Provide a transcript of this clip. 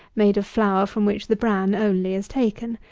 made of flour from which the bran only is taken.